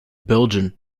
belgian